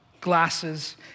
glasses